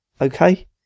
Okay